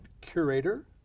curator